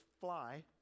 fly